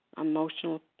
emotional